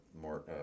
more